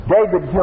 David